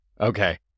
Okay